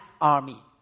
army